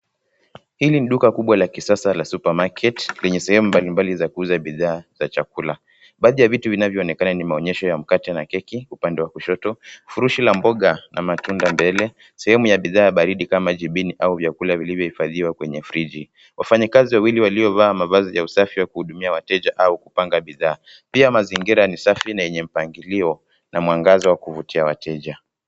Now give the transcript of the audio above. Hili ni duka kubwa la kisasa la supermarket lenye sehemu mbalimbali za kuuza bidhaa za chakula. Baadhi ya vitu vinavyoonekana ni maonyesho ya mkate na keki, upande wa kushoto. Furushi la mboga na matunda mbele. Sehemu ya bidhaa baridi kama jibini au vyakula vilivyohifadhiwa kwenye friji. Wafanyikazi wawili waliovaa mavazi ya usafi wa kuhudumia wateja au kupanga bidhaa. Pia mazingira ni safi na yenye mpangilio na mwangaza wa kuvutia wateja.